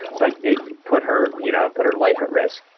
but it put her you know put her life at risk.